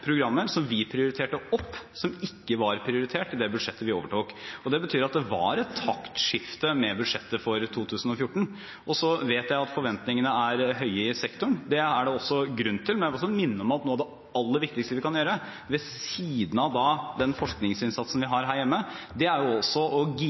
programmer som vi prioriterte opp, men som ikke var prioritert i det budsjettet vi overtok. Det betyr at det var et taktskifte med budsjettet for 2014. Jeg vet at forventningene er høye i sektoren. Det er det også grunn til, men jeg vil også minne om at noe av det aller viktigste vi kan gjøre, ved siden av den forskningsinnsatsen vi